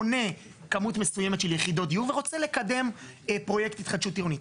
קונה כמות מסוימת של יחידות דיור ורוצה לקדם פרויקט התחדשות עירונית.